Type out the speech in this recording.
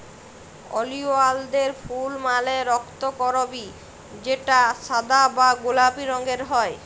ওলিয়ালদের ফুল মালে রক্তকরবী যেটা সাদা বা গোলাপি রঙের হ্যয়